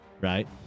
right